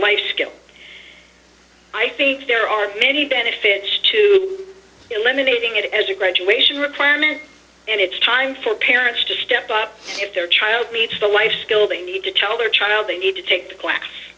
life skill i think there are many benefits to eliminating it as a graduation requirement and it's time for parents to step up if their child meets the life skills they need to tell their child they need to take the class